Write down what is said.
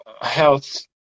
health